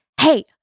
hey